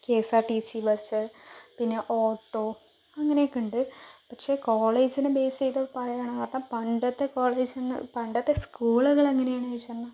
K S R T C bus പിന്നെ auto അങ്ങനെയൊക്കെ ഉണ്ട് പക്ഷേ കോളേജിനെ ബേസ് ചെയ്തു പറയാണെന്ന് പറഞ്ഞാൽ പണ്ടത്തെ കോളേജ് എന്ന് പണ്ടത്തെ സ്കൂളുകൾ എങ്ങനെയാണെന്നു ചോദിച്ച് പറഞ്ഞാൽ